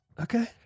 Okay